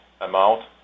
amount